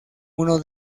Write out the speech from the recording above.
uno